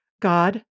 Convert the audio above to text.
God